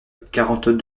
quarante